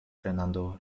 fernando